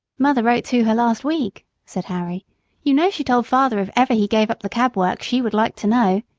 mother wrote to her last week, said harry you know she told father if ever he gave up the cab work she would like to know.